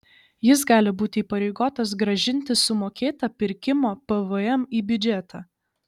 jis gali būti įpareigotas grąžinti sumokėtą pirkimo pvm į biudžetą